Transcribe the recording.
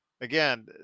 again